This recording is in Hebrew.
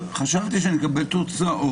יקבל,